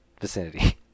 vicinity